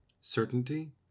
certainty